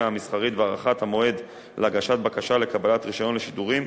המסחרית והארכת המועד להגשת בקשה לקבלת רשיון לשידורים,